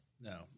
No